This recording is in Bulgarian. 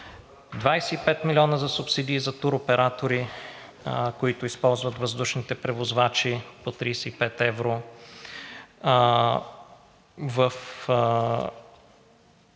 25 милиона за субсидии за туроператори, които използват въздушните превозвачи – по 35 евро,